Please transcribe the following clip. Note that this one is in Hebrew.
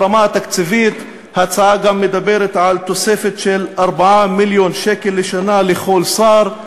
ברמה התקציבית ההצעה גם מדברת על תוספת של 4 מיליון שקל לשנה לכל שר,